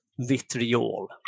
Vitriol